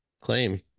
claim